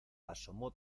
asomó